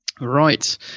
Right